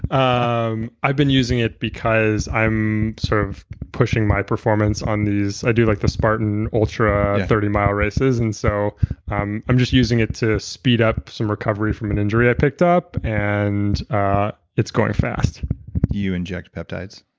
um i've been using it because i'm sort of pushing my performance on this, i do like the spartan ultra thirty mile races and so i'm i'm just using it to speed up some recovery from an injury i picked up and it's going fast you inject peptides?